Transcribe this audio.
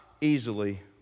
easily